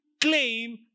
claim